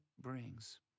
brings